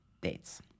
dates